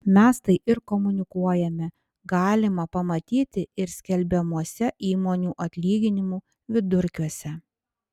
mes tai ir komunikuojame galima pamatyti ir skelbiamuose įmonių atlyginimų vidurkiuose